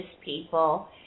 people